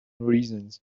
reasons